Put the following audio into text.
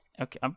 Okay